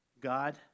God